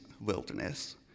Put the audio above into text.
wilderness